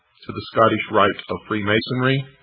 to the scottish rite of freemasonry,